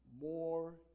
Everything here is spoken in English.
more